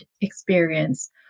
experience